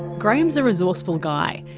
graham's a resourceful guy.